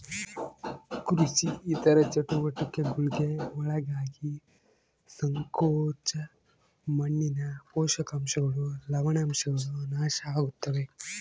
ಕೃಷಿ ಇತರ ಚಟುವಟಿಕೆಗುಳ್ಗೆ ಒಳಗಾಗಿ ಸಂಕೋಚ ಮಣ್ಣಿನ ಪೋಷಕಾಂಶಗಳು ಲವಣಾಂಶಗಳು ನಾಶ ಆಗುತ್ತವೆ